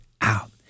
out